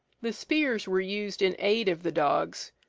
the spears were used in aid of the dogs.